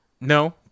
No